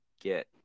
get